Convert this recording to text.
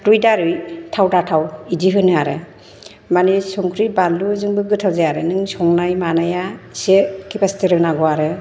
रुइ दारुइ थाव दाथाव बिदि होनो आरो माने संख्रि बानलुजोंबो गोथाव जाया आरो नों संनाय मानाया एसे केपासिटि रोंनांगौ आरो